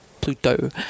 Pluto